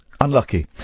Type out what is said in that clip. Unlucky